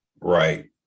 Right